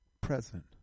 present